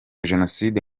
jenoside